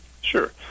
Sure